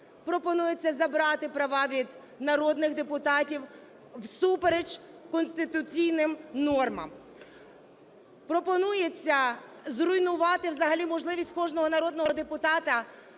пропонується забрати права від народних депутатів всупереч конституційним нормам, пропонується зруйнувати взагалі можливість кожного народного депутата